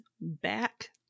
back